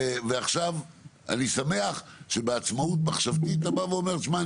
ועכשיו אני שמח שבעצמאות מחשבתית אתה בא ואומר: תשמע,